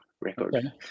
record